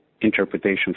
interpretation